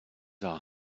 are